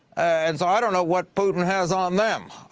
and so i don't know what putin has on them.